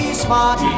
smart